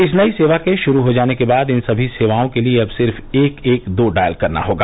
इस नयी सेवा के शुरू हो जाने के बाद इन सभी सेवाओं के लिए अब सिर्फ एक एक दो डॉयल करना होगा